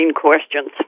questions